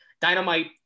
Dynamite